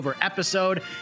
episode